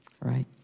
Right